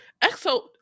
EXO